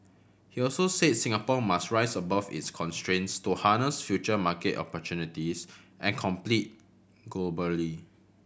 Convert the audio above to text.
he also said Singapore must rise above its constraints to harness future market opportunities and compete globally